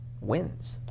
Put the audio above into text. wins